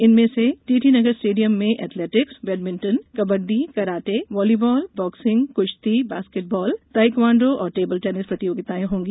इनमें से TT Nagar stadium में athletics badminton kabaddi karate volley ball boxing कुश्ती बॉस्केट बॉल ताईक्वांडो और टेबल टेनिस प्रतियोगिताएं होंगी